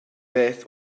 beth